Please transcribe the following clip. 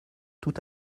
tout